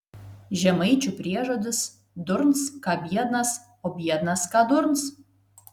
žemaičių priežodis durns ką biednas o biednas ką durns